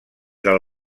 del